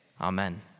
Amen